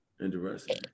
Interesting